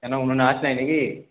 কেন উনুনে আঁচ নেই নাকি